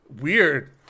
weird